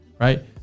right